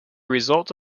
result